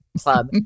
club